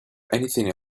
anything